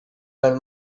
her